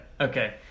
okay